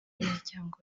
y’imiryango